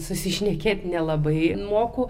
susišnekėti nelabai moku